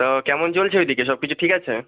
তো কেমন চলছে ওইদিকে সব কিছু ঠিক আছে